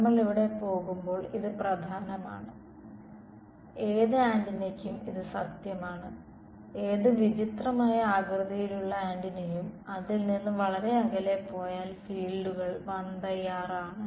നമ്മൾ ഇവിടെ പോകുമ്പോൾ ഇത് പ്രധാനമാണ് ഏത് ആന്റിനയ്ക്കും ഇത് സത്യമാണ് ഏത് വിചിത്രമായ ആകൃതിയിലുള്ള ആന്റിനയും അതിൽ നിന്ന് വളരെ അകലെ പോയാൽ ഫീൽഡുകൾ 1r ആണ്